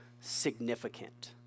significant